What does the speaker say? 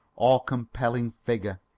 awe-compelling figure.